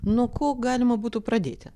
nuo ko galima būtų pradėti